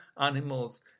animals